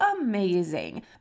amazing